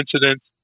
incidents